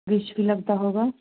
wish भी लगता होगा